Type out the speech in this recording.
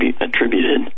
attributed